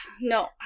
no